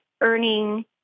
earning